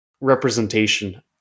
representation